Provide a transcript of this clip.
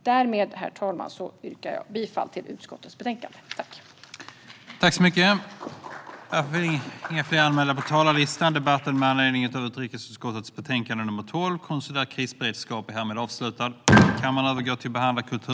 Därmed, herr talman, yrkar jag bifall till utskottets förslag i betänkandet.